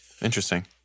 Interesting